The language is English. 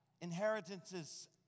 inheritances